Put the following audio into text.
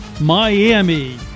Miami